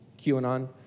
QAnon